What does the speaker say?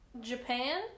Japan